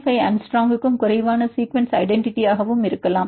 5 ஆங்ஸ்ட்ராமுக்கும் குறைவான சீக்குவன்ஸ் ஐடென்டிட்டியாகவும் இருக்கலாம்